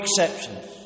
exceptions